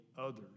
others